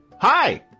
Hi